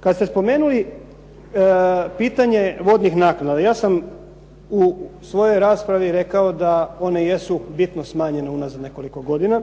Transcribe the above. Kad ste spomenuli pitanje vodnih naknada, ja sam u svojoj raspravi rekao da one jesu bitno smanjene unazad nekoliko godina.